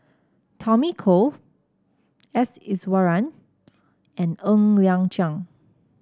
Tommy Koh S Iswaran and Ng Liang Chiang